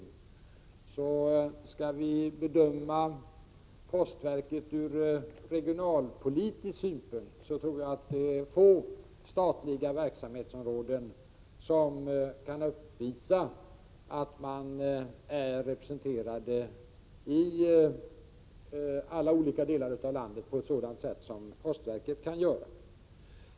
Om vi skall bedöma den verksamhet postverket bedriver ur regionalpolitisk synpunkt tror jag vi får konstatera att få statliga verksamhetsområden kan uppvisa att de är representerade i alla delar av landet på samma sätt som postverket kan göra.